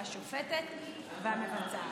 השופטת והמבצעת.